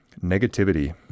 negativity